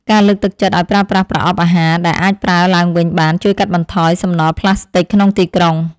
ការលើកទឹកចិត្តឱ្យប្រើប្រាស់ប្រអប់អាហារដែលអាចប្រើឡើងវិញបានជួយកាត់បន្ថយសំណល់ប្លាស្ទិកក្នុងទីក្រុង។